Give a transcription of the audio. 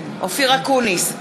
אקוניס,